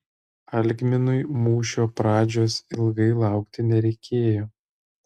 algminui mūšio pradžios ilgai laukti nereikėjo